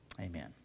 amen